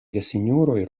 gesinjoroj